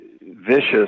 vicious